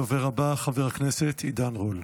הדובר הבא, חבר הכנסת עידן רול.